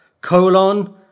Colon